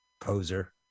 poser